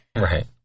Right